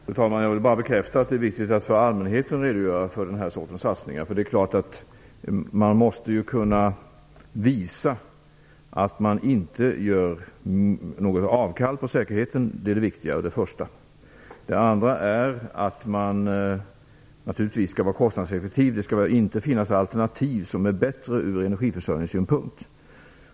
Fru talman! Jag vill bara bekräfta att det är viktigt att för allmänheten redogöra för den här sortens satsningar. För det första är det ju viktigt att man kan visa att man inte gör något avkall på säkerheten. För det andra skall man naturligtvis vara kostnadseffektiv. Det skall inte finnas alternativ som är bättre ur energiförsörjningssynpunkt.